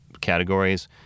categories